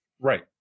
Right